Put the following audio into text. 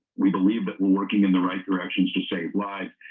we believe that we're working in the right direction to save lives.